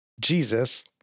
Jesus